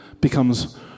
becomes